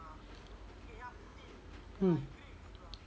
mm